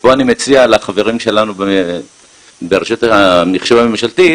פה אני מציע לחברים שלנו ברשות המחשוב הממשלתית,